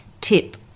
tip